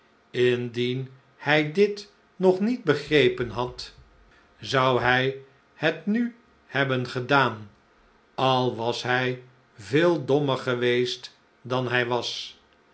indien hij dit nog niet begrepen had zou hij het nu hebben gedaan al was hij veel dommer geweest dan hij was